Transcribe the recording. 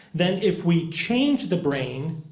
then if we change the brain,